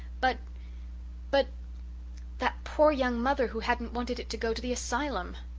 but but that poor young mother who hadn't wanted it to go to the asylum!